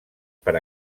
per